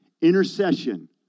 Intercession